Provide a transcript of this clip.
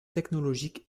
technologiques